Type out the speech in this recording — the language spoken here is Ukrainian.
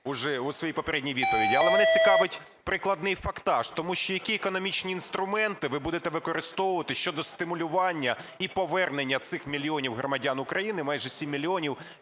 у своїй попередній відповіді, але мене цікавить прикладний фактаж. Тому що які економічні інструменти ви будете використовувати щодо стимулювання і повернення цих мільйонів громадян України, майже 7 мільйонів,